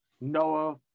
Noah